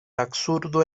absurdo